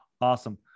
awesome